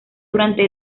durante